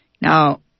Now